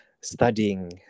studying